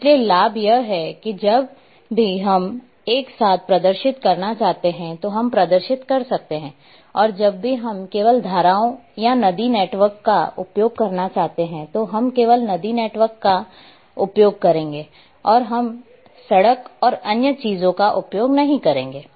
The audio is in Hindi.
इसलिए लाभ यह है कि जब भी हम एक साथ प्रदर्शित करना चाहते हैं तो हम प्रदर्शित कर सकते हैं और जब भी हम केवल धाराओं या नदी नेटवर्क का उपयोग करना चाहते हैं तो हम केवल नदी नेटवर्क का उपयोग करेंगे और हम सड़क और अन्य चीजों का उपयोग नहीं करेंगे